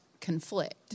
conflict